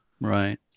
Right